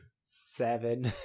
Seven